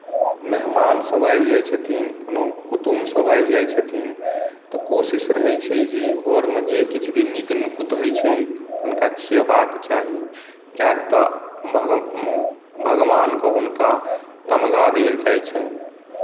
मेहमान सभ आबि जाइ छथिन कोनो कुटुम्ब सभ आबि जाइ छथिन तऽ कोशिश रहै छै जे घरमे जे किछु भी नीक नुकुत होइत छै हुनका खियेबाक चाही कियाक तऽ भगवानके हुनका तमगा देल जाइत छनि